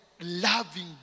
loving